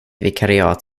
vikariat